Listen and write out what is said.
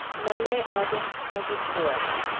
monday, august twenty fourth.